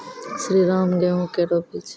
श्रीराम गेहूँ केरो बीज?